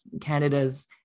Canada's